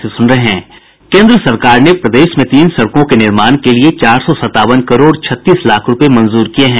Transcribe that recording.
केन्द्र सरकार ने प्रदेश में तीन सड़कों के निर्माण के लिए चार सौ सत्तावन करोड़ छत्तीस लाख रूपये मंजूर किये हैं